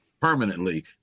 permanently